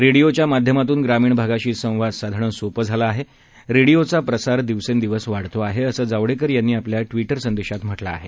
रेडिओच्या माध्यमातून ग्रामीण भागाशी संवाद साधणं सोपं झालं आहे रेडिओचा प्रसार दिवसेंदिवस वाढत आहे असं जावडेकर यांनी आपल्या ट्वीटर संदेशात म्हटलं आहे